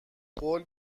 قول